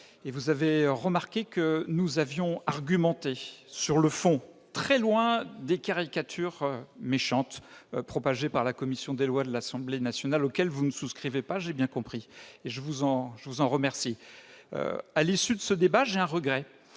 également remarqué que nous avions argumenté sur le fond, très loin des caricatures méchantes qui ont été propagées par la commission des lois de l'Assemblée nationale, auxquelles vous ne souscrivez pas, je l'ai bien compris et vous en remercie. À l'issue de ce débat, j'ai un regret,